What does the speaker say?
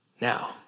Now